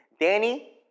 Danny